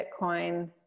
bitcoin